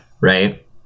right